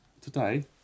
today